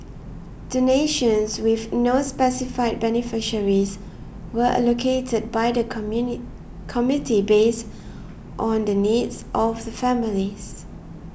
donations with no specified beneficiaries were allocated by the commune committee based on the needs of the families